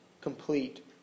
complete